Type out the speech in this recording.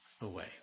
away